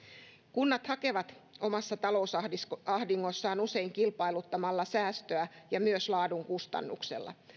kunnat hakevat omassa talousahdingossaan usein kilpailuttamalla ja myös laadun kustannuksella säästöä